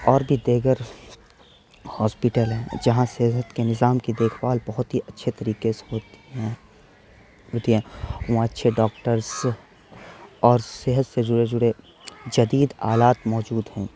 اور بھی دیگر ہاسپٹل ہیں جہاں صحت کے نظام کی دیکھ بھال بہت ہی اچھے طریقے سے ہوتی ہیں ہوتی ہے وہاں اچھے ڈاکٹرس اور صحت سے جڑے جڑے جدید آلات موجود ہیں